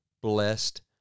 blessed